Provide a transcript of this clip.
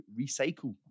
recycle